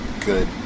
good